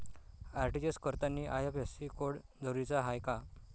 RTGS करतांनी IFSC code जरुरीचा हाय का?